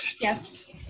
Yes